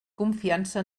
confiança